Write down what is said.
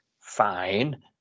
fine